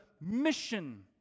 mission